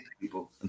people